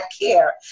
care